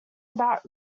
about